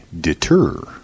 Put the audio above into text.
deter